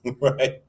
Right